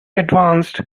advanced